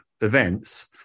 events